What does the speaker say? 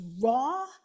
raw